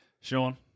Sean